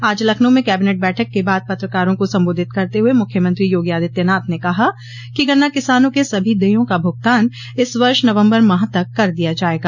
आज लखनऊ में कैबिनेट बैठक के बाद पत्रकारों को संबोधित करते हुए मुख्यमंत्री योगी आदित्यनाथ ने कहा कि गन्ना किसानों के सभी देयों का भुगतान इस वर्ष नवम्बर माह तक कर दिया जायेगा